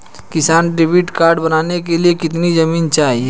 किसान credit card बनाने के लिए कितनी जमीन चाहिए?